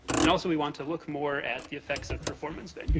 and also we want to look more at the effects of performance venue.